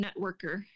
networker